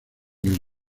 del